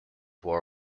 war